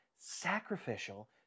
sacrificial